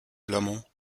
blamont